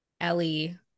Ellie